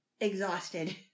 exhausted